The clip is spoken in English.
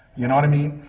you know what i mean?